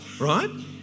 Right